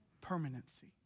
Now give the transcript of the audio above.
permanency